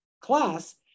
class